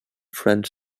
french